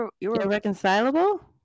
Irreconcilable